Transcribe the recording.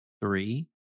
Three